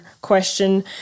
question